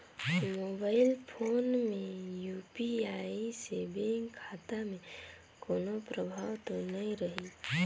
Mobile phone मे UPI से bank खाता मे कोनो प्रभाव तो नइ रही?